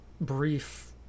brief